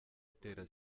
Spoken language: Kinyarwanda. itera